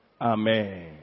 Amen